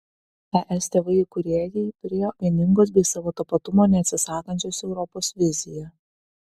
es tėvai įkūrėjai turėjo vieningos bei savo tapatumo neatsisakančios europos viziją